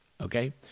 okay